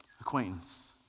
acquaintance